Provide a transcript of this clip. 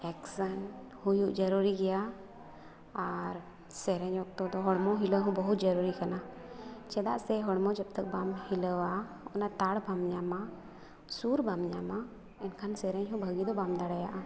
ᱮᱠᱥᱮᱱ ᱦᱩᱭᱩᱜ ᱡᱟᱹᱨᱩᱲᱤ ᱜᱮᱭᱟ ᱟᱨ ᱥᱮᱨᱮᱧ ᱚᱠᱛᱚᱫᱚ ᱦᱚᱲᱢᱚ ᱦᱤᱞᱟᱹᱣᱦᱚᱸ ᱵᱚᱦᱩᱛ ᱡᱟᱹᱨᱩᱲᱤ ᱠᱟᱱᱟ ᱪᱮᱫᱟᱜ ᱥᱮ ᱦᱚᱲᱢᱚ ᱡᱚᱵᱽᱛᱚᱠ ᱵᱟᱢ ᱦᱤᱞᱟᱹᱣᱟ ᱚᱱᱟ ᱛᱟᱲ ᱵᱟᱢ ᱧᱟᱢᱟ ᱥᱩᱨ ᱵᱟᱢ ᱧᱟᱢᱟ ᱮᱱᱠᱷᱟᱱ ᱥᱮᱨᱮᱧᱦᱚᱸ ᱵᱷᱟᱜᱮ ᱫᱚ ᱵᱟᱢ ᱫᱟᱲᱮᱭᱟᱜᱼᱟ